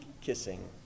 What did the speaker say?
kissing